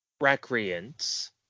recreants